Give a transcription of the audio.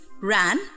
Ran